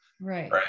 Right